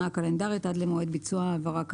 הקלנדרית עד למועד ביצוע העברה כאמור,